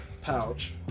Pouch